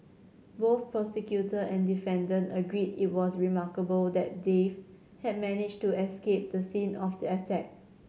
both prosecutor and defendant agreed it was remarkable that Dave had managed to escape the scene of the attack